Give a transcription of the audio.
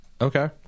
Okay